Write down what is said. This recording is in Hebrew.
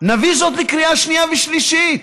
נביא זאת לקריאה שנייה ושלישית.